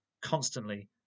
Constantly